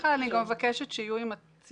בדרך כלל אני גם מבקשת שיהיו עם הצילום